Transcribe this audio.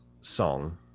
song